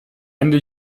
ende